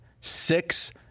six